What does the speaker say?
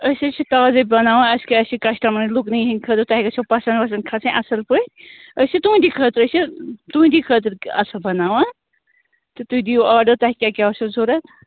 أسۍ حظ چھِ تازَے بَناوان اَسہِ کیٛاہ چھِ کسٹمَرن لُکنٕے ہِنٛدۍ خٲطرٕ تۄہہِ گژھیو پسنٛد وَسنٛد کھَسٕنۍ اَصٕل پٲٹھۍ أسۍ چھِ تُہنٛدی خٲطرٕ أسۍ چھِ تُہٕنٛدی خٲطرٕ اَصٕل بَناوان تہٕ تُہۍ دِیِو آرڈر تۄہہِ کیٛاہ کیٛاہ آسیو ضوٚرتھ